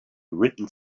written